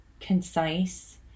concise